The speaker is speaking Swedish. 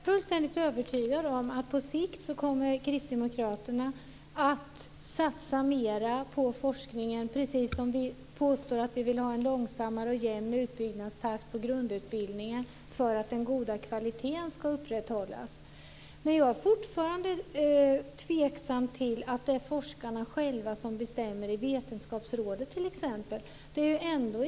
Fru talman! Jag är fullständigt övertygad om att kristdemokraterna på sikt kommer att satsa mera på forskningen, precis som vi säger att vi vill ha en långsammare och jämn utbyggnadstakt på grundutbildningar för att den goda kvaliteten ska upprätthållas. Jag är fortfarande tveksam till att det är forskarna själva som bestämmer i Vetenskapsrådet t.ex.